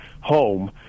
home